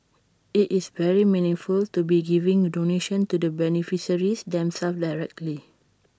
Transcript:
IT is very meaningful to be giving donations to the beneficiaries themselves directly